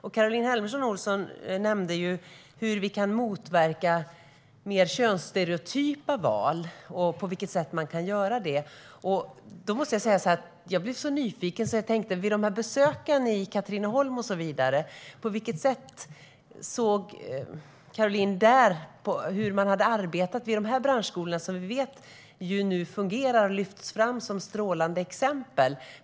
Caroline Helmersson Olsson nämnde hur vi kan motverka mer könsstereotypa val, och då blev jag nyfiken. Vid besöken i Katrineholm och så vidare, hur såg Caroline att man arbetar där? Vi vet att dessa branschskolor fungerar och lyfts fram som strålande exempel.